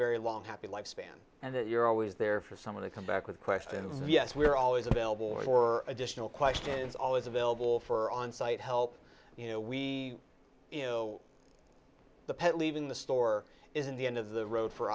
very long happy life span and that you're always there for someone to come back with questions and yes we're always available for additional questions always available for on site help you know we you know the pet leaving the store isn't the end of the road for